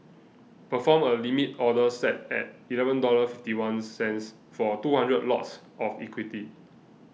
perform a Limit Order set at eleven dollars fifty one cents for two hundred lots of equity